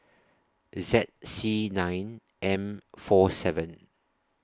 Z C nine M four seven